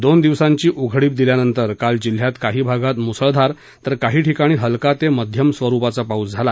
दोन दिवसाची उघडीप दिल्यानंतर काल जिल्ह्यात काही भागात मुसळधार तर काही ठिकाणी हलका ते मध्यम स्वरूपाचा पाऊस झाला